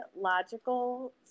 logical